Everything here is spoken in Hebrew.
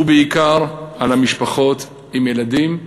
ובעיקר במשפחות עם הילדים,